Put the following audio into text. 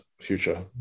future